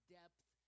depth